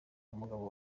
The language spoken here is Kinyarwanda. umugabo